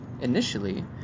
initially